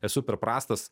esu per prastas